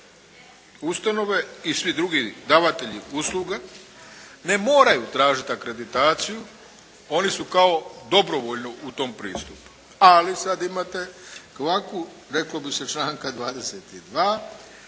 ustanove i svi drugi davatelji usluga ne moraju tražit akreditaciju. Oni su kao dobrovoljno u tom pristupu. Ali sad imate kvaku reklo bi se članka 22.,